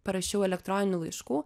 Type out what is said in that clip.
parašiau elektroninių laiškų